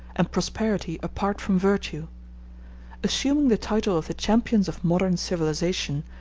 and prosperity apart from virtue assuming the title of the champions of modern civilization,